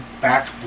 back